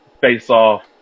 face-off